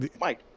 Mike